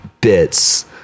bits